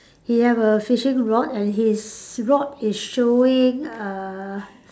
he have a fishing rod and his rod is showing uh